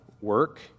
work